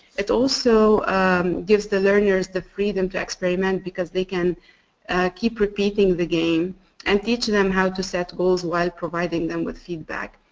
it also gives the learners the freedom to experiment because they can keep repeating the game and teach them how to set goals while providing them with feedback.